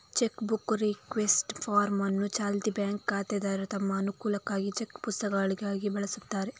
check book request form ಅನ್ನು ಚಾಲ್ತಿ bank ಖಾತೆದಾರರು ತಮ್ಮ ಅನುಕೂಲಕ್ಕಾಗಿ ಚೆಕ್ ಪುಸ್ತಕಗಳಿಗಾಗಿ ಬಳಸ್ತಾರೆ